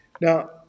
Now